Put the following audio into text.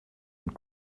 and